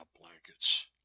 blankets